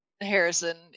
Harrison